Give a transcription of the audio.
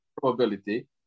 probability